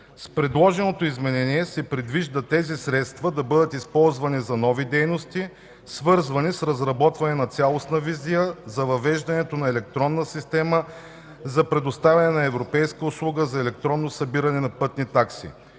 С предложеното изменение се предвижда тези средства да бъдат използвани за нови дейности, свързани с разработване на цялостна визия за въвеждането на Електронна система за предоставяне на Европейската услуга за електронно събиране на пътни такси.